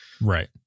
right